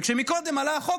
וכשקודם עלה החוק,